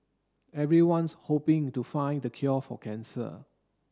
everyone's hoping to find the cure for cancer